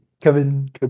Kevin